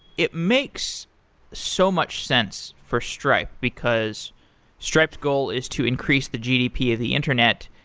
it makes so much sense for stripe, because stripe's goal is to increase the gdp of the internet.